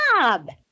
job